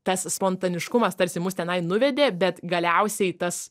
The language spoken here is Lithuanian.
tas spontaniškumas tarsi mus tenai nuvedė bet galiausiai tas